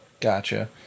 Gotcha